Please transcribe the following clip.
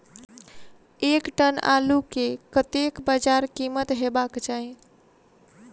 एक टन आलु केँ कतेक बजार कीमत हेबाक चाहि?